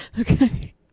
Okay